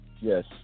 Yes